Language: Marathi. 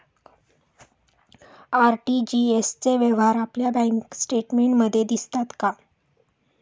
आर.टी.जी.एस चे व्यवहार आपल्या बँक स्टेटमेंटमध्ये दिसतात का?